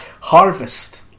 Harvest